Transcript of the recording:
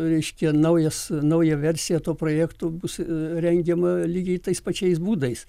reiškia naujas nauja versija to projekto bus rengiama lygiai tais pačiais būdais